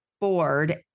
board